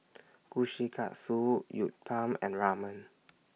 Kushikatsu Uthapam and Ramen